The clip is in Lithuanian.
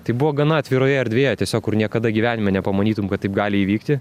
tai buvo gana atviroje erdvėje tiesiog kur niekada gyvenime nepamanytum kad taip gali įvykti